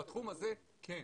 אבל בתחום הזה כן.